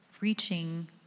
reaching